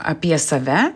apie save